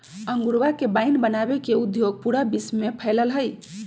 अंगूरवा से वाइन बनावे के उद्योग पूरा विश्व में फैल्ल हई